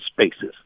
spaces